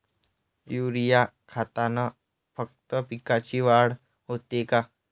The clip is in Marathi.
युरीया खतानं फक्त पिकाची वाढच होते का?